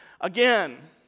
again